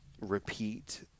repeat